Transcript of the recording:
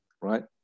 right